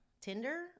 tinder